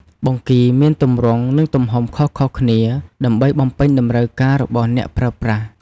បង្គីមានទម្រង់ និងទំហំខុសៗគ្នាដើម្បីបំពេញតម្រូវការរបស់អ្នកប្រើប្រាស់។